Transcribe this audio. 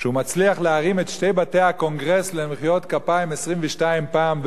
שהוא מצליח להרים את שני בתי הקונגרס למחיאות כפיים 22 פעם,